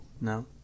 No